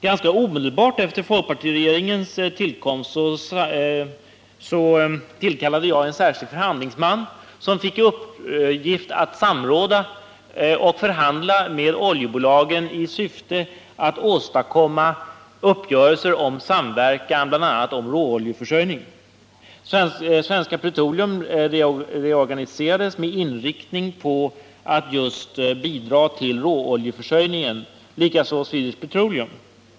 Ganska omedelbart efter folkpartiregeringens tillkomst tillkallade jag en särskild förhandlingsman, som fick i uppgift att samråda och förhandla med oljebolagen i syfte att åstadkomma uppgörelser om samverkan, bl.a. om råoljeförsörjningen. Svenska Petroleum reorganiserades med inriktning på att just bidra till råoljeförsörjningen, likaså Swedish Petroleum.